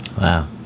Wow